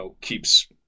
keeps